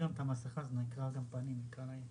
אני מנהל אגף חקירות ברשות להגנת הצרכן והסחר ההוגן.